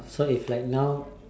so if like now